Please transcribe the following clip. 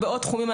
ובעוד תחומים.